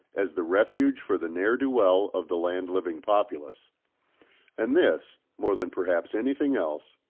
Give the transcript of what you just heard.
as the refuge for the ne'er-do-well of the land-living populace and this, more than perhaps anything else,